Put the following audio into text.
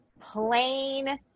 plain